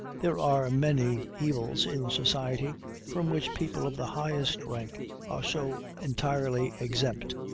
there are many evils in society from which people of the highest rank are so entirely exempt,